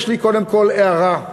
יש לי קודם כול הערה: